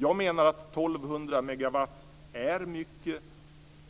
Jag menar att 1 200 megawatt är mycket